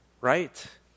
right